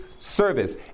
service